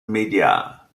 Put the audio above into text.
médias